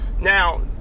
now